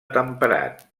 temperat